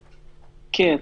אומרת.